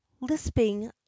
lisping